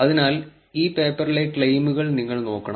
അതിനാൽ ഈ പേപ്പറിലെ ക്ലെയിമുകൾ നിങ്ങൾ നോക്കണം